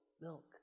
milk